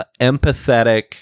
empathetic